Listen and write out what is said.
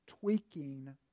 tweaking